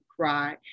cry